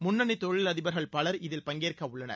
முன்னணி தொழிலதிபர்கள் பலர் இதில் பங்கேற்கவுள்ளனர்